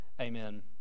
Amen